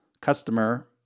customer